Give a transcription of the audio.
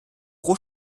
pro